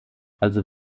also